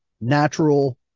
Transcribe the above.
natural